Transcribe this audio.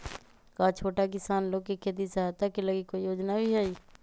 का छोटा किसान लोग के खेती सहायता के लगी कोई योजना भी हई?